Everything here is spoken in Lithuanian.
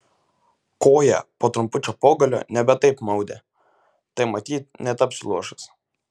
koją po trumpučio pogulio nebe taip maudė tai matyt netapsiu luošas